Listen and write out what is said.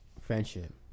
friendship